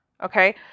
Okay